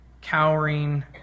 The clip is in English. cowering